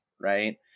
right